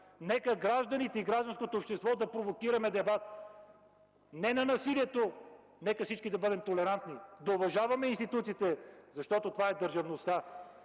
Нека гражданите и гражданското общество да провокираме дебат: „Не на насилието!” Нека всички да бъдем толерантни, да уважаваме институциите, защото това е държавността!